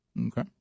Okay